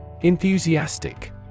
Enthusiastic